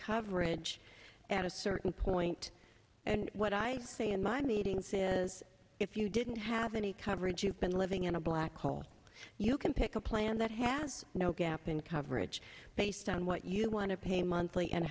coverage at a certain point and what i say in my meetings is if you didn't have any coverage you've been living in a black hole you can pick a plan that has no gap in coverage based on what you want to pay monthly and